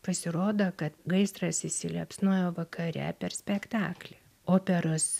pasirodo kad gaisras įsiliepsnojo vakare per spektaklį operos